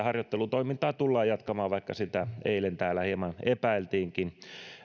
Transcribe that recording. harjoittelutoimintaa tullaan jatkamaan vaikka sitä eilen täällä hieman epäiltiinkin